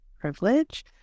privilege